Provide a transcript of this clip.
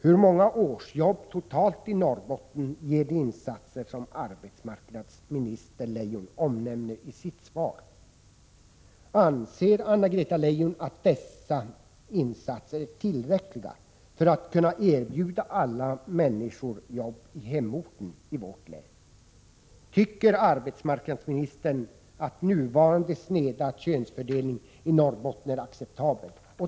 Hur många årsjobb totalt i Norrbotten ger de insatser som arbetsmarknadsminister Leijon omnämner i sitt svar? Anser Anna-Greta Leijon att dessa insatser är tillräckliga för att kunna erbjuda alla människor jobb i hemorten i vårt län? Tycker arbetsmarknadsministern att nuvarande sneda könsfördelning i Norrbotten är acceptabel?